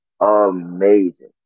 Amazing